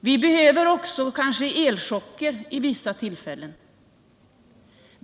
Vid vissa tillfällen behöver vi kanske också elchocker.